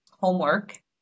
homework